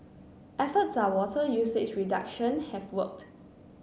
efforts are water usage reduction have worked